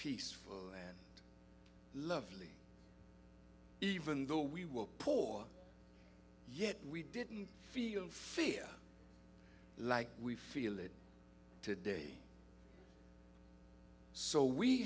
peaceful and lovely even though we were poor yet we didn't feel fear like we feel it today so we